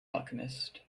alchemist